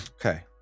Okay